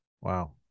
Wow